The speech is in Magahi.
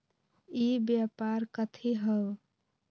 ई व्यापार कथी हव?